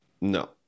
no